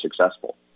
successful